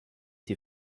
die